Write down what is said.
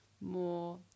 more